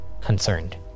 concerned